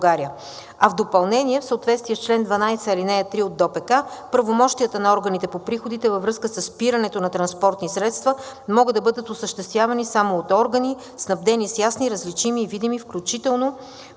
А в допълнение, в съответствие с чл. 12, ал. 3 от ДОПК правомощията на органите по приходите във връзка със спирането на транспортни средства могат да бъдат осъществявани само от органи, снабдени с ясни, различими и видими, включително